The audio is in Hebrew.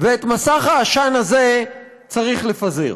ואת מסך העשן הזה צריך לפזר.